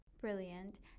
Brilliant